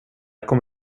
kommer